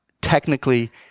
technically